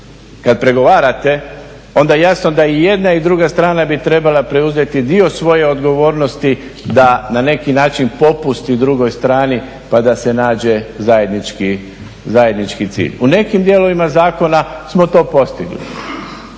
kada pregovarate, onda jasno da i jedna i druga strana bi trebala preuzeti dio svoje odgovornosti da na neki način popusti drugoj strani pa da se nađe zajednički cilj. U nekim dijelovima Zakona smo to postigli,